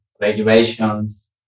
regulations